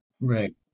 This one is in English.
Right